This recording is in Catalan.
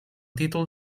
títol